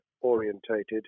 orientated